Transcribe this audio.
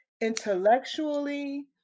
intellectually